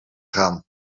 gaan